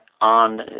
on